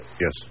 Yes